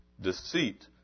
deceit